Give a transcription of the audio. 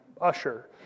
usher